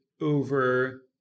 over